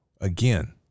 again